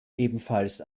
ebenfalls